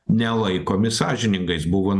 nelaikomi sąžiningais buvo